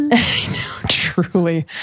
truly